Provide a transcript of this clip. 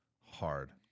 Hard